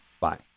Bye